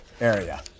area